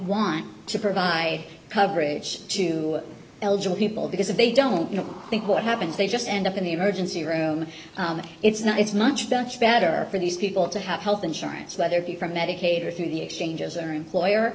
want to provide coverage to eligible people because if they don't you know think what happens they just end up in the emergency room it's not it's much better for these people to have health insurance whether it be from medicaid or through the exchanges or employer